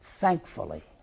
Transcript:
thankfully